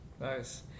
nice